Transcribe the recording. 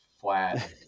flat